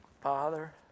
Father